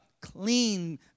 clean